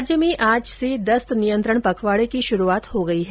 राज्य में आज से दस्त नियंत्रण पखवाड़े की शुरूआत हो गई है